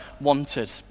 wanted